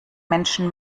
menschen